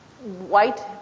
white